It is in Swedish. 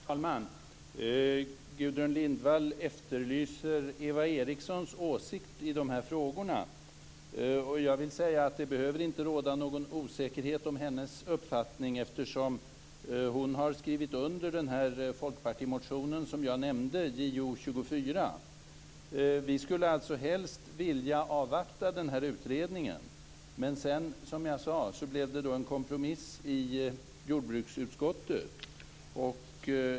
Herr talman! Gudrun Lindvall efterlyser Eva Erikssons åsikt i dessa frågor. Det behöver inte råda någon osäkerhet om hennes uppfattning. Hon har skrivit under folkpartimotionen jag nämnde, Jo24. Vi skulle helst vilja avvakta utredningen. Det blev en kompromiss i jordbruksutskottet.